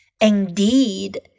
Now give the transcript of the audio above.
Indeed